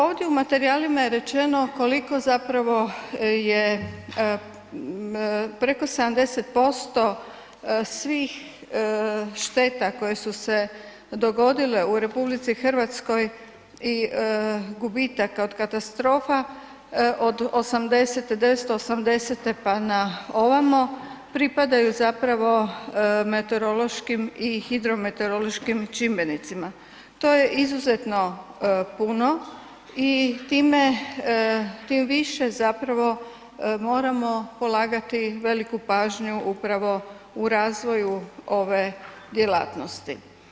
Ovdje u materijalima je rečeno koliko zapravo je preko 70% svih šteta koje su se dogodile u RH i gubitaka od katastrofa od '80., '980. pa na ovamo pripadaju zapravo meteorološkim i hidrometeorološkim čimbenicima, to je izuzetno puno i tim više zapravo moramo polagati veliku pažnju upravo u razvoju ove djelatnosti.